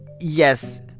yes